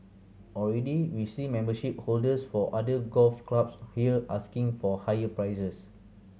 already we see membership holders for other golf clubs here asking for higher prices